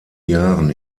jahren